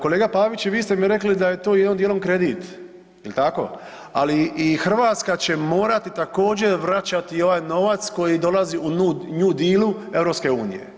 Kolega Pavić vi ste mi rekli da je to jednim dijelom kredit, jel tako, ali i Hrvatska će morati također vraćati i ovaj novac koji dolazi u new dealu EU.